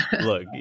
Look